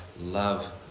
love